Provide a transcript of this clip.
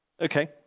Okay